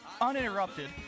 uninterrupted